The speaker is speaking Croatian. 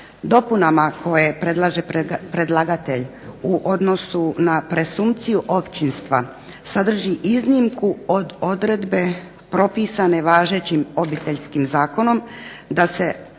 Dopunama koje predlaže predlagatelj u odnosu na presumpciju očinstva sadrži iznimku od odredbe propisane važećim Obiteljskim zakonom da se